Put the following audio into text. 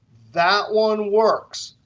that one works.